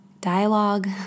dialogue